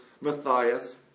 Matthias